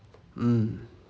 mm